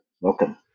welcome